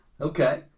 Okay